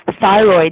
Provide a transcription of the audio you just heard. thyroid